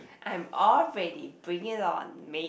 I am all ready bring it on mate